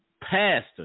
pastor